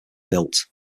built